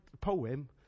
poem